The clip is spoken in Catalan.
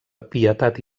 pietat